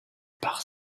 par